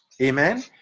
Amen